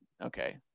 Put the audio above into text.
okay